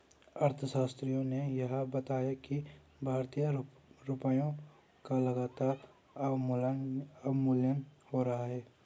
अर्थशास्त्रियों ने यह बताया कि भारतीय रुपयों का लगातार अवमूल्यन हो रहा है